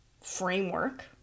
framework